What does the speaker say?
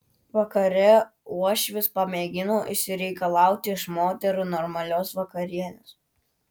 vakare uošvis pamėgino išsireikalauti iš moterų normalios vakarienės